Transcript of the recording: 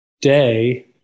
day